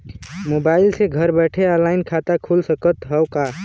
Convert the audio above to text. Mobile से घर बैठे ऑनलाइन खाता खुल सकत हव का?